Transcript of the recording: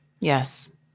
Yes